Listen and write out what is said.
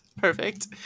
Perfect